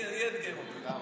אני אאתגר אותך.